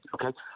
Okay